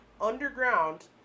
underground